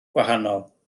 gwahanol